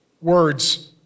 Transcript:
words